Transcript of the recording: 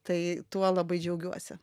tai tuo labai džiaugiuosi